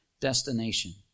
destination